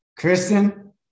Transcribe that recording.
Kristen